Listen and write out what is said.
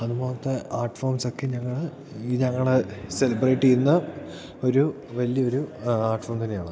അതുപോലത്തെ ആർട്ട് ഫോംസൊക്കെ ഞങ്ങള് ഈ ഞങ്ങള് സെലിബ്രേറ്റ് ചെയ്യുന്നു ഒരു വലിയൊരു ആ ആർട്ട്ഫോർം തന്നെയാണ്